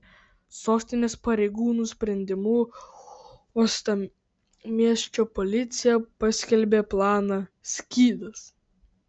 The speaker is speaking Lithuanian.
sostinės pareigūnų sprendimu uostamiesčio policija paskelbė planą skydas